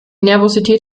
nervosität